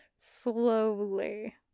slowly